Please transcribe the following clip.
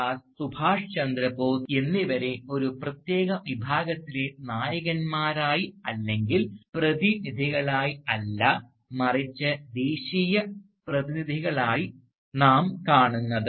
ദാസ് സുഭാഷ് ചന്ദ്രബോസ് എന്നിവരെ ഒരു പ്രത്യേക വിഭാഗത്തിലെ നായകന്മാരായി അല്ലെങ്കിൽ പ്രതിനിധികളായി അല്ല മറിച്ച് ദേശീയ പ്രതിനിധികളായി നാം കണക്കാക്കുന്നത്